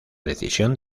decisión